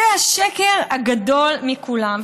זה השקר הגדול מכולם.